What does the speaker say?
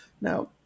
Now